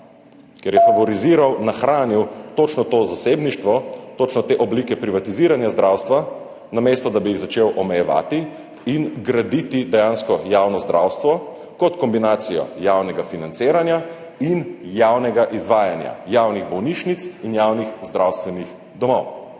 ker je favoriziral, nahranil točno to zasebništvo, točno te oblike privatiziranja zdravstva, namesto da bi jih začel omejevati in graditi dejansko javno zdravstvo kot kombinacijo javnega financiranja in javnega izvajanja, javnih bolnišnic in javnih zdravstvenih domov.